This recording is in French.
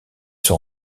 sont